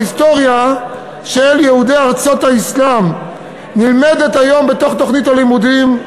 ההיסטוריה של יהודי ארצות האסלאם נלמדת היום בתוכנית הלימודים,